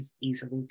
easily